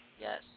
Yes